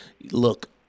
look